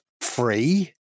free